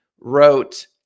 wrote